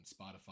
Spotify